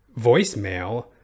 voicemail